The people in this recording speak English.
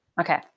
Okay